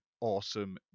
awesome